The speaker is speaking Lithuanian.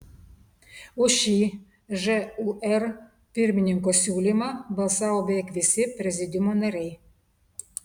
už šį žūr pirmininko siūlymą balsavo beveik visi prezidiumo nariai